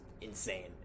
insane